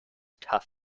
tough